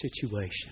situation